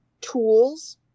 tools